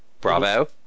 Bravo